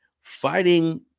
fighting